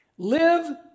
Live